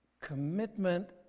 commitment